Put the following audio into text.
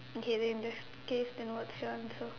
okay then in that case then what's your answer